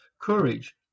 courage